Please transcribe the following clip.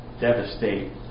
devastate